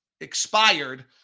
expired